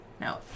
No